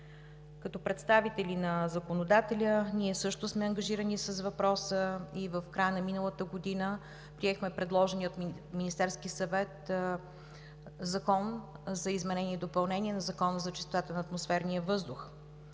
Като представители на законодателя ние също сме ангажирани с въпроса и в края на миналата година приехме предложения от Министерски съвет Закон за изменение и допълнение на Закона за чистотата на атмосферния въздух.